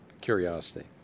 curiosity